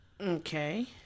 Okay